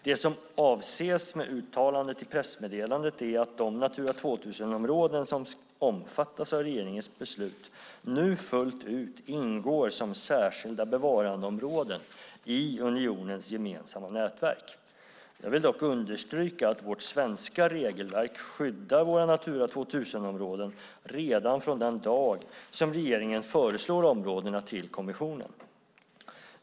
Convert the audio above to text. Det som avses med uttalandet i pressmeddelandet är att de Natura 2000-områden som omfattas av regeringens beslut nu fullt ut ingår som särskilda bevarandeområden i unionens gemensamma nätverk. Jag vill dock understryka att vårt svenska regelverk skyddar våra Natura 2000-områden redan från den dag som regeringen föreslår områdena till kommissionen.